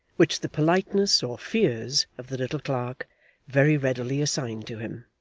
which the politeness or fears of the little clerk very readily assigned to him.